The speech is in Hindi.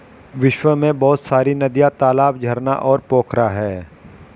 विश्व में बहुत सारी नदियां, तालाब, झरना और पोखरा है